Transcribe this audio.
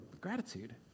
gratitude